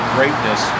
Greatness